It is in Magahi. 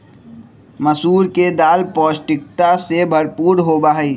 मसूर के दाल पौष्टिकता से भरपूर होबा हई